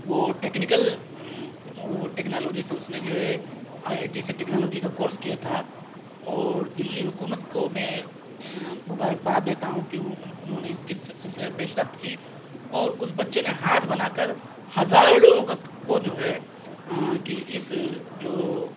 وہ technical technology سے اس نے جو ہے آئی آئی ٹی سے ٹکنالوجی کا کورس کیا تھا اور دلّی حکومت کو میں مبارکباد دیتا ہوں کہ انہوں نے اس کی سلسلے میں پیشرفت کی اور اس بچے نے ہاتھ بنا کر ہزاروں لوگوں کو جو ہے کہ اس جو